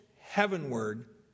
heavenward